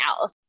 else